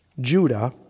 Judah